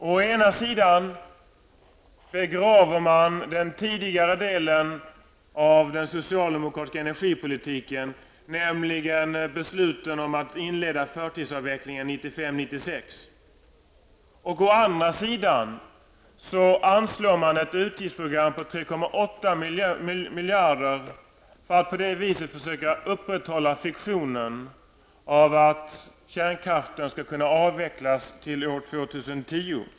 Å ena sidan begraver man den tidigare delen av den socialdemokratiska energipolitiken, nämligen besluten om att inleda förtidsavvecklingen 1995/96. Å andra sidan anslår man ett utgiftsprogram på 3,8 miljarder för att på det viset försöka upprätthålla fiktionen av att kärnkraften skulle kunna avvecklas till år 2010.